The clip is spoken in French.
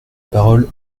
parole